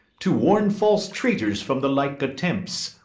to warn false traitors from the like attempts.